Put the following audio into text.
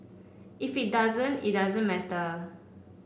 if it doesn't it doesn't matter